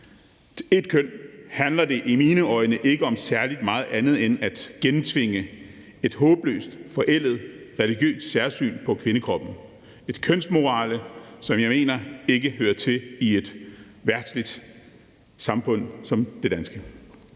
til ét køn, handler det i mine øjne ikke om særlig meget andet end at gennemtvinge et håbløst forældet religiøst særhensyn på kvindekroppen – en kønsmoral, som jeg ikke mener hører til i et verdsligt samfund som det danske.